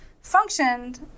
functioned